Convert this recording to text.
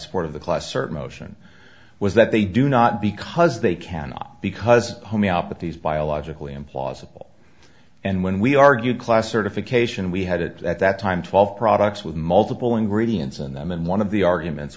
support of the class certain motion was that they do not because they cannot because homey out but these biologically implausible and when we argue class certification we had it at that time twelve products with multiple ingredients in them and one of the arguments